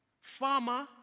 Farmer